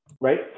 Right